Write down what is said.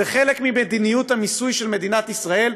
זה חלק ממדיניות המיסוי של מדינת ישראל,